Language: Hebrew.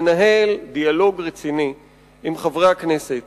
לנהל דיאלוג רציני עם חברי הכנסת